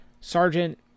Sergeant